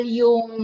yung